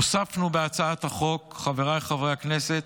הוספנו בהצעת החוק, חבריי חברי הכנסת,